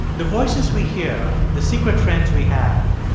the voices we hear, the secret friends we have,